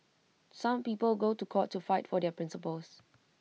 some people go to court to fight for their principles